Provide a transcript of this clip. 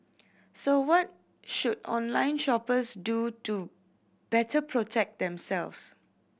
so what should online shoppers do to better protect themselves